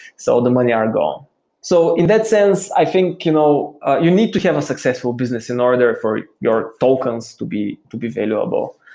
so the money are gone so in that sense, i think you know you need to have a successful business in order for your tokens to be to be available.